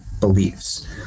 beliefs